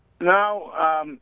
Now